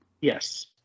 Yes